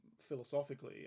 philosophically